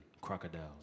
crocodiles